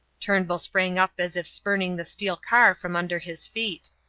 turnbull sprang up as if spurning the steel car from under his feet.